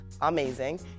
amazing